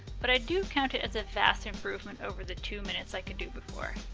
but i do count it as a vast improvement over the two minutes i could do before.